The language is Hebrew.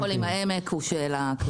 בית חולים העמק הוא של הכללית.